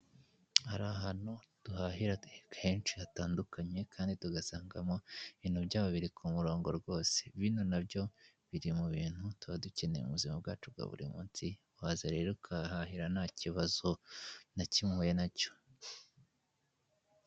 Hari ahantu duhahira henshi hatandukanye kandi tugasangamo ibintu byaho biri ku murongo rwose. Bino nabyo biri mu bintu tuba dukeneye ubuzima bwacu bwa buri munsi waza rero ukahahahira nta kibazo na kimwe uhuye nacyo.